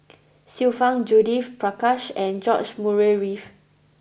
Xiu Fang Judith Prakash and George Murray Reith